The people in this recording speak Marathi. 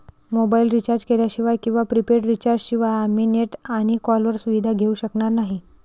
मोबाईल रिचार्ज केल्याशिवाय किंवा प्रीपेड रिचार्ज शिवाय आम्ही नेट आणि कॉल सुविधा घेऊ शकणार नाही